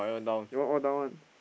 your one all down one